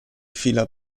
fila